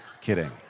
kidding